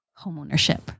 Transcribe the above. homeownership